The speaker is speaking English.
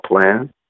plan